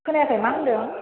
खोनायाखै मा होनदों